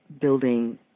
building